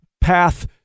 path